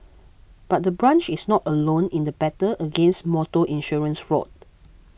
but the branch is not alone in the battle against motor insurance fraud